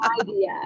idea